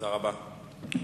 תודה רבה.